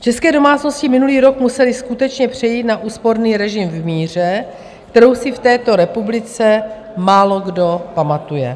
České domácnosti minulý rok musely skutečně přejít na úsporný režim v míře, kterou si v této republice málokdo pamatuje.